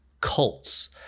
cults